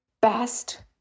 best